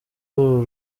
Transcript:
uru